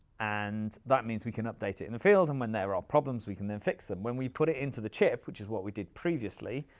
and that means we can update it in the field, and when there are problems, we can then fix them. when we put it into the chip, which is what we did previously,